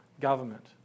government